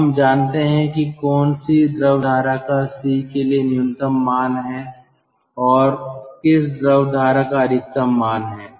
हम जानते हैं कि कौन सी द्रव धारा का C के लिए न्यूनतम मान है और किस द्रव धारा का अधिकतम मान है